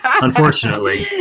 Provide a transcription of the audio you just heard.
unfortunately